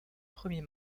premier